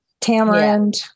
tamarind